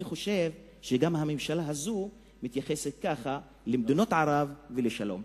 אני חושב שגם הממשלה הזאת מתייחסת כך למדינות ערב ולשלום.